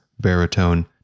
baritone